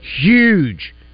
huge